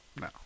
No